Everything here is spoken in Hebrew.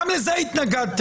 גם לזה התנגדתם.